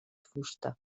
fusta